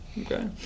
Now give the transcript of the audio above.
Okay